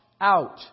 out